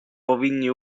powinni